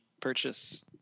purchase